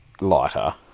lighter